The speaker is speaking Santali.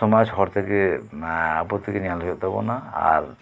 ᱥᱚᱢᱟᱡᱽ ᱦᱚᱲ ᱛᱮᱜᱮ ᱟᱵᱚ ᱛᱮᱜᱮ ᱧᱮᱞ ᱦᱩᱭᱩᱜ ᱛᱟᱵᱚᱱᱟ ᱟᱨ